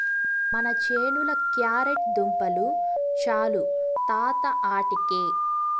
మన చేనుల క్యారెట్ దుంపలు చాలు తాత ఆటికి